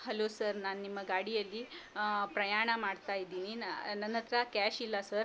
hello sir ನಾನು ನಿಮ್ಮ ಗಾಡಿಯಲ್ಲಿ ಪ್ರಯಾಣ ಮಾಡ್ತಾಯಿದ್ದೀನಿ ನನ್ನತ್ರ ಕ್ಯಾಶ್ ಇಲ್ಲ ಸರ್